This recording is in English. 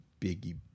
biggie